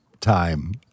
time